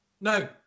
No